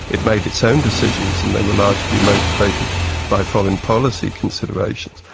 it made its own decisions and they were largely motivated by foreign policy considerations.